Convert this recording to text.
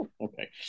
Okay